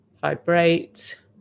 vibrate